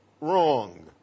wrong